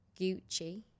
gucci